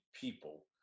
people